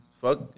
Fuck